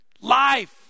life